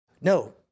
no